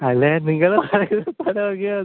അല്ല നിങ്ങള് എനിക്ക് അത് ഓക്കെ ആണ്